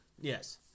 Yes